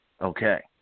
Okay